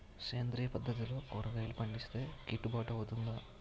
సేంద్రీయ పద్దతిలో కూరగాయలు పండిస్తే కిట్టుబాటు అవుతుందా?